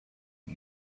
and